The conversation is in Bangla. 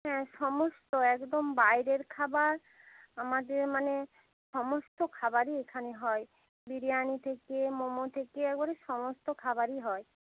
হ্যাঁ সমস্ত একদম বাইরের খাবার আমাদের মানে সমস্ত খাবারই এখানে হয় বিরিয়ানি থেকে মোমো থেকে একবারে সমস্ত খাবারই হয়